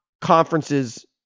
conferences